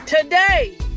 Today